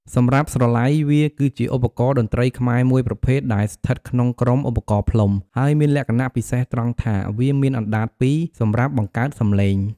សម្រាប់ ស្រឡៃ វាគឺជាឧបករណ៍តន្រ្តីខ្មែរមួយប្រភេទដែលស្ថិតក្នុងក្រុម ឧបករណ៍ផ្លុំ ហើយមានលក្ខណៈពិសេសត្រង់ថាវាមាន អណ្ដាតពីរ សម្រាប់បង្កើតសំឡេង។